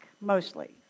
mostly